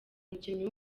umukinnyi